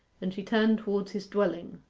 and she turned towards his dwelling,